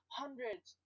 hundreds